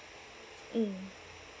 mm